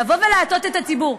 לבוא ולהטעות את הציבור,